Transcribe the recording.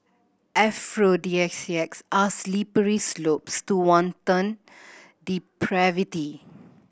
aphrodisiacs are slippery slopes to wanton depravity